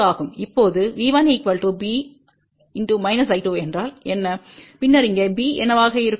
இப்போது V1 B என்றால் என்ன பின்னர் இங்கே B என்னவாக இருக்கும்